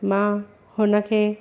मां हुन खे